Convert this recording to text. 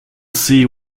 see